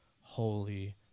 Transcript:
Holy